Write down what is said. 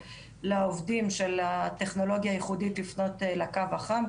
לעובדים של הטכנולוגיה הייחודית לפנות לקו החם.